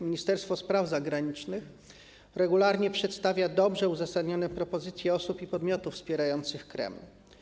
Ministerstwo Spraw Zagranicznych regularnie przedstawia dobrze uzasadnione propozycje osób i podmiotów wspierających Kreml.